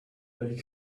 they